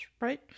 right